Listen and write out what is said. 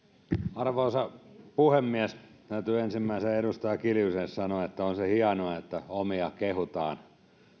arvoisa puhemies täytyy ensimmäisenä edustaja kiljuselle sanoa että on se hienoa että omia kehutaan